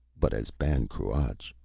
but as ban cruach.